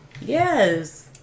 Yes